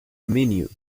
menu